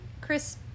Chris